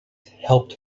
helped